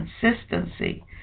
consistency